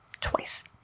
twice